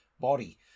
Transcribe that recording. body